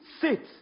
sit